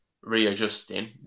readjusting